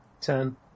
Ten